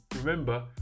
Remember